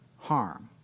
harm